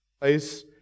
place